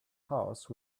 house